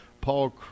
Paul